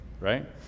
right